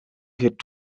wird